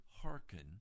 hearken